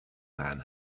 man